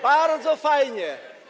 Bardzo fajnie.